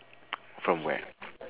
from where